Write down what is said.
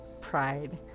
Pride